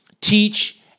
teach